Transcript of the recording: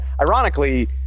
ironically